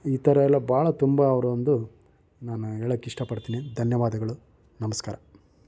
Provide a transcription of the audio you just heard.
ಈ ಥರಯೆಲ್ಲ ಬಹಳ ತುಂಬ ಅವರೊಂದು ನಾನು ಹೇಳೋಕೆ ಇಷ್ಟಪಡ್ತೀನಿ ಧನ್ಯವಾದಗಳು ನಮಸ್ಕಾರ